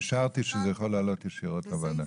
אישרתי שזה יכול לעלות ישירות לוועדה.